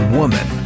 woman